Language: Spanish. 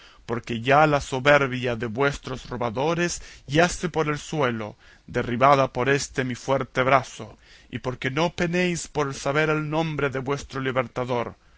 porque ya la soberbia de vuestros robadores yace por el suelo derribada por este mi fuerte brazo y porque no penéis por saber el nombre de vuestro libertador